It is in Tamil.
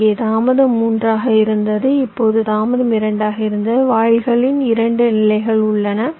இங்கே தாமதம் 3 ஆக இருந்தது இப்போது தாமதம் 2 ஆக இருந்தது வாயில்களின் 2 நிலைகள் உள்ளன